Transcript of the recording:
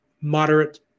moderate